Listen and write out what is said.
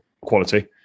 quality